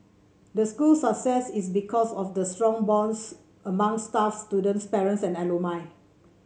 the school's success is because of the strong bonds among staff students parents and alumni